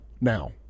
now